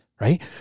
right